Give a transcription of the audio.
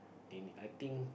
they need I think